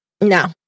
No